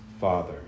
Father